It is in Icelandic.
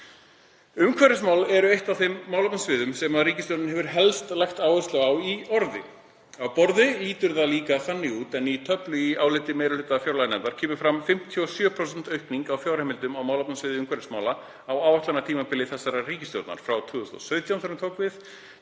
Umhverfismál eru eitt af þeim málefnasviðum sem ríkisstjórnin hefur helst lagt áherslu á í orði. Á borði lítur það líka þannig út, en í töflu í áliti meiri hluta fjárlaganefndar kemur fram 57% aukning á fjárheimildum á málefnasvið umhverfismála á áætlunartímabili þessarar ríkisstjórnar, frá 2017